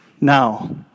now